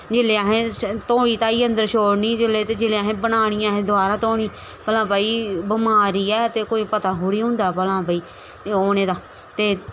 जिसले धोई धाइयै अंदर छड़नी जिसले असें बनानी असें दवारी धोनी भला भाई बमारी ऐ बमारी ऐ भला कोई पता थोड़ी होंदा औने दा ते